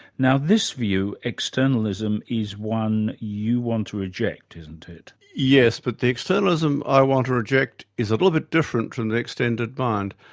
now, this view, externalism, is one you want to reject, isn't it? yes, but the externalism i want to reject is a little bit different from the extended mind.